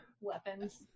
weapons